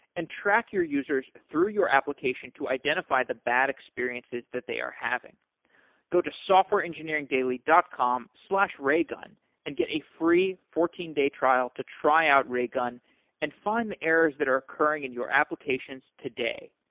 and track your users through your application to identify the bad experiences that they are having go to softwareengineeringdaily dot com slash raygun and get a free fourteen day trial to try out raygun and find the errors that are occurring in your applications today.